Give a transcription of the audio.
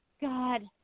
god